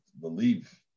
believe